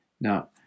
Now